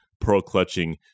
pearl-clutching